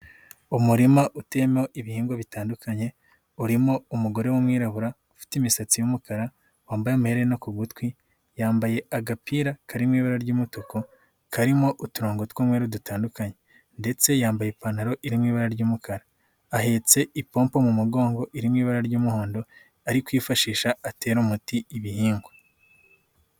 Umurima uteyemo ibihingwa bitandukanye, urimo umugore w'umwirabura ufite imisatsi y'umukara, wambaye amaherena ku gutwi, yambaye agapira karimo ibara ry'umutuku, karimo uturongogo tw'umweru dutandukanye ndetse yambaye ipantaro iririmo ibara ry'umukara, ahetse ipopo mu mugongo iririmo ibara ry'umuhondo ari kwifashisha atera umuti ibihingwa.